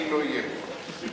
אני לא אהיה פה.